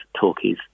talkies